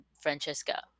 Francesca